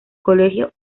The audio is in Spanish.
colegio